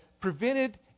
prevented